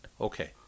Okay